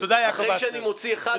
אחרי שאני מוציא אחד,